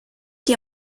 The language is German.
die